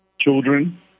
children